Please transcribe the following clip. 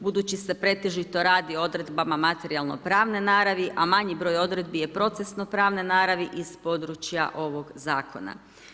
Budući se pretežito radi o odredbama materijalno pravne naravi, a manji broj odredbi je procesno pravne naravi iz procesa ovog zakona.